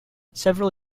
several